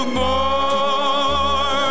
more